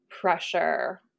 pressure